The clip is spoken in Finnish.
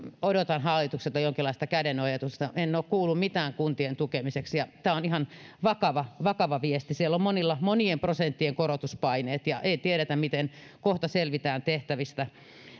odotan hallitukselta jonkinlaista kädenojennusta en ole kuullut mitään kuntien tukemiseksi ja tämä on ihan vakava vakava viesti siellä on monien prosenttien korotuspaineet ja ei tiedetä miten kohta selvitään tehtävistä